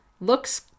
looks